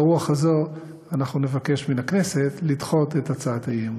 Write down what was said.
ברוח הזו אנחנו נבקש מן הכנסת לדחות את הצעת האי-אמון.